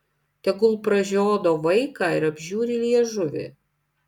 tegul pražiodo vaiką ir apžiūri liežuvį